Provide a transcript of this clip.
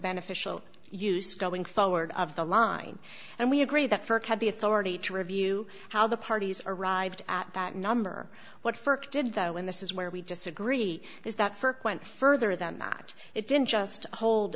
beneficial use going forward of the line and we agree that st had the authority to review how the parties arrived at that number what for did though and this is where we disagree is that st went further than that it didn't just hold